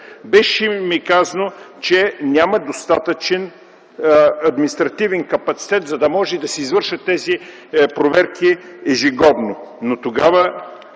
Беше ми казано, че няма достатъчен административен капацитет, за да може да се извършват тези проверки ежегодно. Но тогава